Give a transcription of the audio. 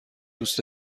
دوست